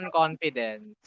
confidence